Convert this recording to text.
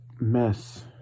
mess